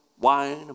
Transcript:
wine